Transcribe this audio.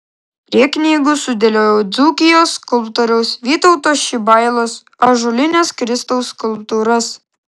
prie knygų sudėliojau dzūkijos skulptoriaus vytauto šibailos ąžuolines kristaus skulptūras